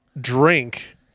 drink